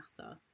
nasa